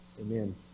Amen